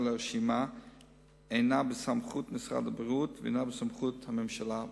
הרשימה אינם בסמכות משרד הבריאות והם בסמכות הממשלה בלבד.